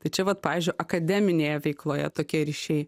tai čia vat pavyzdžiui akademinėje veikloje tokie ryšiai